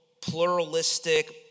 pluralistic